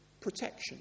protection